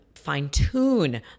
fine-tune